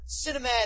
cinematic